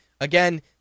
again